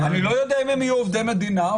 אני לא יודע אם הם יהיו עובדי מדינה או